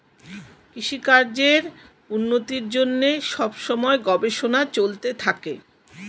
কৃষিকাজের উন্নতির জন্যে সব সময়ে গবেষণা চলতে থাকে